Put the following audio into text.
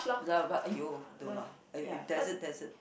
love but !aiya! don't lah I will it that's it that's it